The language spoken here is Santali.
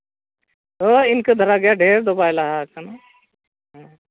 ᱦᱳᱭ ᱤᱱᱠᱟᱹ ᱫᱷᱟᱨᱟ ᱜᱮ ᱰᱷᱮᱹᱨ ᱫᱚ ᱵᱟᱭ ᱞᱟᱦᱟᱣ ᱠᱟᱱᱟ